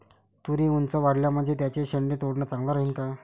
तुरी ऊंच वाढल्या म्हनजे त्याचे शेंडे तोडनं चांगलं राहीन का?